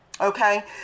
Okay